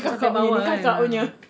sampai dia punya tu kan ah